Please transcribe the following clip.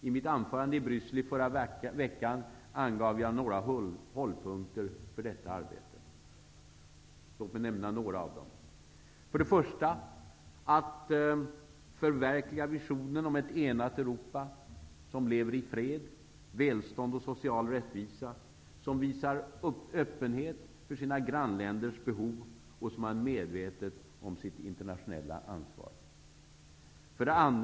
I mitt anförande i Bryssel förra veckan angav jag några hållpunkter för detta arbete. Låt mig nämna några av dem. 1. Att förverkliga visionen om ett enat Europa som lever i fred, välstånd och social rättvisa, som visar öppenhet för sina grannländers behov och som är medvetet om sitt internationella ansvar. 2.